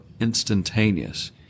instantaneous